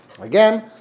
Again